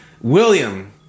William